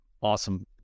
awesome